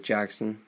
Jackson